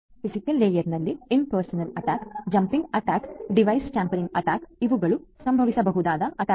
physical layer ನಲ್ಲಿ impersonation attack jamming attack device tampering attack ಇವುಗಳು ಸಂಭವಿಸುಬಹುದಾದ ಅಟ್ಟಾಕ್ಗಳು